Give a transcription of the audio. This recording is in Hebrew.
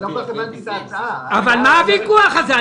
מה הוויכוח הזה?